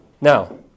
Now